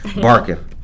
barking